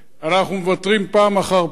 אנחנו מוותרים פעם אחר פעם